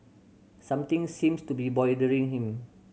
something seems to be bothering him